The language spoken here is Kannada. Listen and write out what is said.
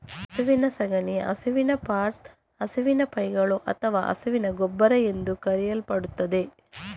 ಹಸುವಿನ ಸಗಣಿ ಹಸುವಿನ ಪಾಟ್ಸ್, ಹಸುವಿನ ಪೈಗಳು ಅಥವಾ ಹಸುವಿನ ಗೊಬ್ಬರ ಎಂದೂ ಕರೆಯಲ್ಪಡುತ್ತದೆ